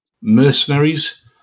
mercenaries